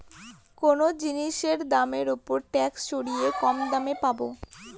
কোনো জিনিসের দামের ওপর ট্যাক্স সরিয়ে কম দামে পাবো